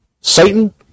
Satan